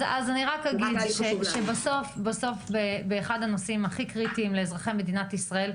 אני רק אגיד שבסוף באחד הנושאים הכי קריטיים לאזרחי מדינת ישראל,